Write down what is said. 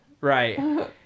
right